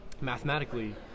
mathematically